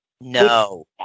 No